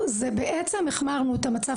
שהוא, ואנחנו נבחן את זה להמשך.